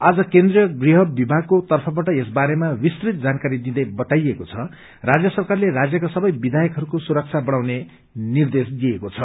आज केन्द्रिय गृह विभागाको तर्फबाट यस बारेमा विस्तृत जानकारी दिंदै बताइएको छ राज्य सरकारले राज्यका सबै विधायकहरूको सुरक्षा बढ़ाउने निर्देश दिइएको छ